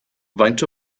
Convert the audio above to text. faint